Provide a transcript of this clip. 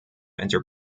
enter